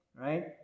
right